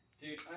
Dude